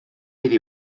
iddi